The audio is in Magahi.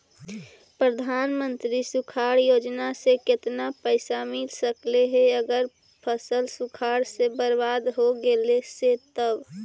प्रधानमंत्री सुखाड़ योजना से केतना पैसा मिल सकले हे अगर फसल सुखाड़ से बर्बाद हो गेले से तब?